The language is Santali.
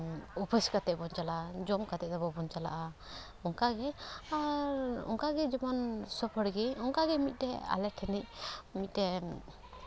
ᱩᱯᱟᱹᱥ ᱠᱟᱛᱮᱜ ᱵᱚᱱ ᱪᱟᱞᱟᱜᱼᱟ ᱡᱚᱢ ᱠᱟᱛᱮᱜ ᱫᱚ ᱵᱟᱵᱚᱱ ᱪᱟᱞᱟᱜᱼᱟ ᱚᱱᱠᱟᱜᱮ ᱟᱨ ᱚᱱᱠᱟᱜᱮ ᱡᱮᱢᱚᱱ ᱥᱚᱵᱽ ᱦᱚᱲᱜᱮ ᱚᱱᱠᱟᱜᱮ ᱢᱤᱫᱴᱮᱱ ᱟᱞᱮ ᱴᱷᱮᱱᱤᱡ ᱢᱤᱫᱴᱮᱱ